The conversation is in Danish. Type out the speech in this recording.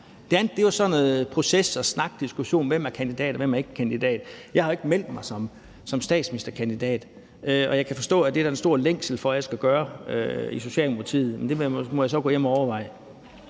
andet er jo sådan noget proces- og snakdiskussion om, hvem der er kandidat, og hvem der ikke er kandidat. Jeg har ikke meldt mig som statsministerkandidat, men jeg kan forstå, at der en stor længsel i Socialdemokratiet efter, at jeg skal gøre det, så det må jeg gå hjem og overveje.